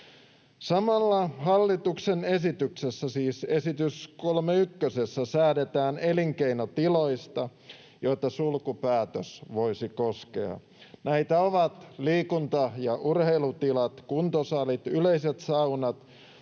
Samalla hallituksen esityksessä, siis esitys kolmeykkösessä, säädetään elinkeinotiloista, joita sulkupäätös voisi koskea. Näitä ovat liikunta- ja urheilutilat, kuntosalit, yleiset saunat,